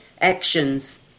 Actions